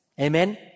Amen